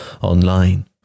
online